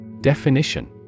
Definition